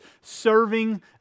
serving